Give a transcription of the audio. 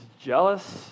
jealous